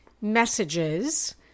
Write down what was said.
messages